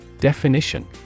Definition